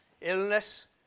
illness